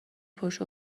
پشت